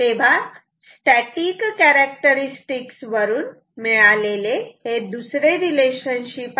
तेव्हा static characteristics वरून मिळालेले हे दुसरे रिलेशनशिप आहे